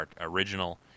original